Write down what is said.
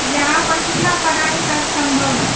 यहाँ पर कितना पढ़ाई सब सम्भव है